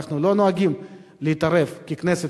אנחנו לא נוהגים להתערב ככנסת,